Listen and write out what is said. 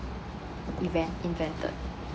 invent invented